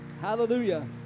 Hallelujah